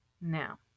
Now